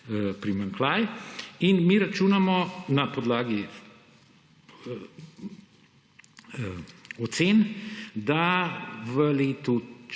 primanjkljaj. In mi računamo na podlagi ocen, da v letu 2024